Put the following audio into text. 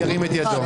ירים את ידו.